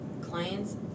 clients